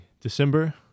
December